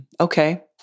okay